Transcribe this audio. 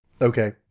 Okay